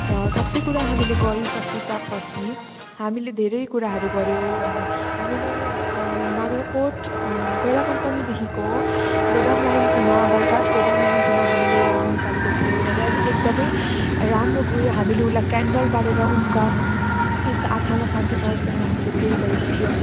र सबै कुरा हामीले गरिसके तापछि हामीले धेरै कुराहरू गर्यौँ अन्त हामीले बाग्राकोट कोइला कम्पनीदेखिको गोदाम लाइनसम्म बरघाट गोदाम लाइनसम्म हामीले र्याली निकालेको थियौँ र र्याली एकदमै राम्रो गयो हामीले उसलाई क्यान्डल बालेर उनका उसको आत्मालाई शान्ति पाओस् भनेर हामीले प्रे गरेको थियौँ